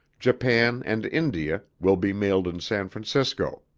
japan and india will be mailed in san francisco.